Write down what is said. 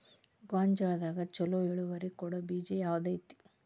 ಗೊಂಜಾಳದಾಗ ಛಲೋ ಇಳುವರಿ ಕೊಡೊ ಬೇಜ ಯಾವ್ದ್ ಐತಿ?